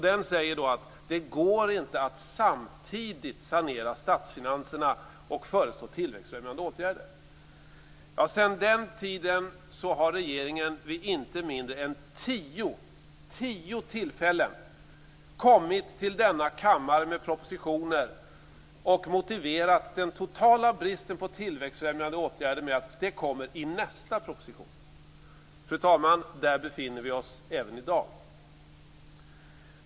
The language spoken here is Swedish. Den säger att det inte går att samtidigt sanera statsfinanserna och föreslå tillväxtfrämjande åtgärder. Sedan den tiden har regeringen vid inte mindre än tio tillfällen kommit till denna kammare med propositioner och motiverat den totala bristen på tillväxtfrämjande åtgärder med att det kommer i nästa proposition. Fru talman! Där befinner vi oss även i dag.